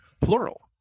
plural